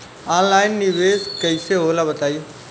Online निवेस कइसे होला बताईं?